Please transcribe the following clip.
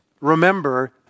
remember